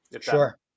Sure